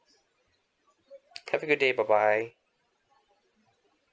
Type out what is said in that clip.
have a good day bye bye